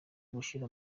gushira